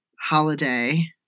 holiday